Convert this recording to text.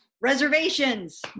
Reservations